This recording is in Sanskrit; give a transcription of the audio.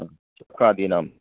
अस्तु कारयामि